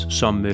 som